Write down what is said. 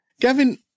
Gavin